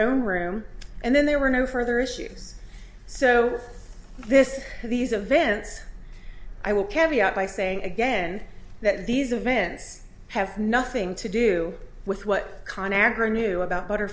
own room and then there were no further issues so this these events i will carry out by saying again that these events have nothing to do with what con agra knew about butter